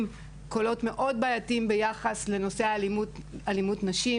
קולות מאוד בעייתיים ביחס לנושא אלימות נשים,